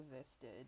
existed